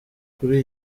kuri